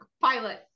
Pilot